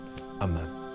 amen